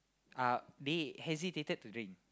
uh they hesitated to drink